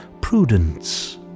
Prudence